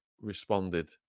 responded